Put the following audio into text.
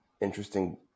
interesting